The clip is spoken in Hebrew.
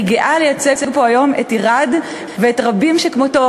אני גאה לייצג פה היום את עירד ואת רבים שכמותו,